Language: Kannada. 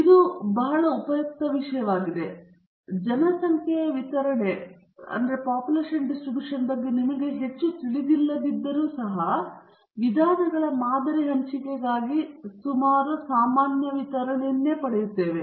ಇದು ಹೊಂದಲು ಬಹಳ ಉಪಯುಕ್ತ ವಿಷಯವಾಗಿದೆ ಮತ್ತು ಜನಸಂಖ್ಯೆಯ ವಿತರಣೆಯ ಬಗ್ಗೆ ನಮಗೆ ಹೆಚ್ಚು ತಿಳಿದಿಲ್ಲದಿದ್ದರೂ ಸಹ ನಾವು ವಿಧಾನಗಳ ಮಾದರಿ ಹಂಚಿಕೆಗಾಗಿ ಸುಮಾರು ಸಾಮಾನ್ಯವಾದ ವಿತರಣೆಯನ್ನು ಪಡೆಯುತ್ತೇವೆ